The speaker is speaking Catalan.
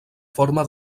forma